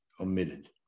omitted